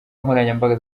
nkoranyambaga